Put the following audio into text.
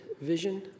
vision